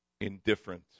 indifferent